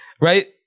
Right